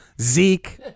Zeke